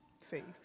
faith